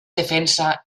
defensa